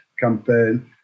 campaign